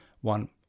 One